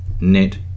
net